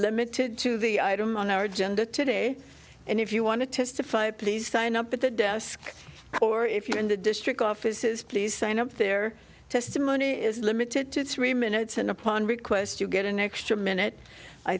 limited to the item on our agenda today and if you want to testify please sign up at the desk or if you are in the district offices please sign up their testimony is limited to three minutes and upon request you get an extra minute i